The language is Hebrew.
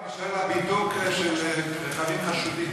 יש גם הבידוק של רכבים חשודים.